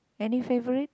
any favourite